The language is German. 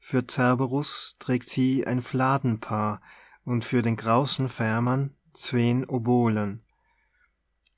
für cerberus trägt sie ein fladenpaar und für den grausen fährmann zween obolen